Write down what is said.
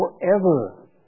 forever